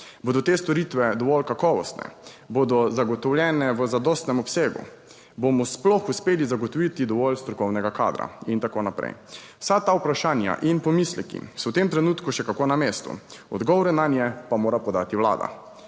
Bodo te storitve dovolj kakovostne? Bodo zagotovljene v zadostnem obsegu? Bomo sploh uspeli zagotoviti dovolj strokovnega kadra in tako naprej? Vsa ta vprašanja in pomisleki so v tem trenutku še kako na mestu, odgovore nanje pa mora podati vlada,